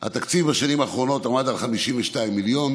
התקציב בשנים האחרונות עמד על 52 מיליון,